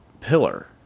pillar